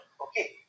Okay